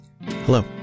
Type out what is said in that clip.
Hello